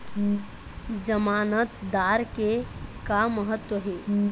जमानतदार के का महत्व हे?